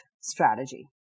strategy